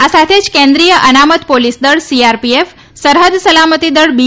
આ સાથે જ કેન્દ્રિય અનામત પોલીસ દળ સીઆરપીએફ સરહદ સલામતી દળ બી